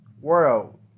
World